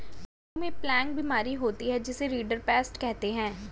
पशुओं में प्लेग बीमारी होती है जिसे रिंडरपेस्ट कहते हैं